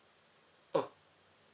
oh